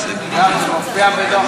זה מופיע בדוח